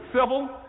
civil